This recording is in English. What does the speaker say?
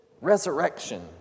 resurrection